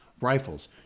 rifles